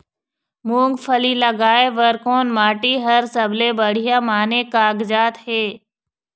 मूंगफली लगाय बर कोन माटी हर सबले बढ़िया माने कागजात हे?